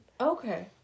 Okay